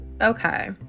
Okay